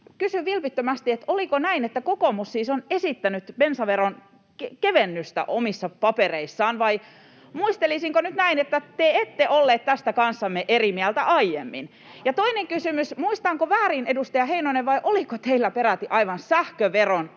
Kysyn vilpittömästi: oliko näin, että kokoomus siis on esittänyt bensaveron kevennystä omissa papereissaan, vai muistelisinko nyt näin, että te ette olleet tästä kanssamme eri mieltä aiemmin? Ja toinen kysymys: muistanko väärin, edustaja Heinonen, vai oliko teillä peräti aivan sähköveron